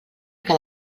que